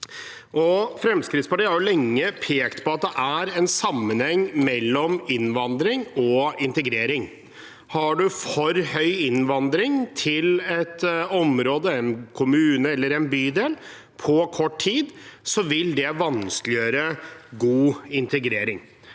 Fremskrittspartiet har lenge pekt på at det er en sammenheng mellom innvandring og integrering. Har man for høy innvandring til et område, en kommune eller en bydel, på kort tid, vil det vanskeliggjøre god integrering.